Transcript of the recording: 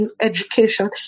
education